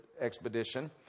expedition